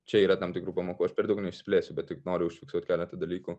čia yra tam tikrų pamokų aš per daug neišsiplėsiu bet tik noriu užfiksuot keletą dalykų